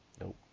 Nope